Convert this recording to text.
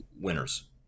winners